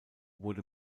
wurde